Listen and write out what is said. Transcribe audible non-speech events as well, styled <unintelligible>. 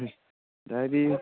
diary <unintelligible>